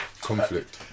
Conflict